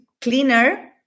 cleaner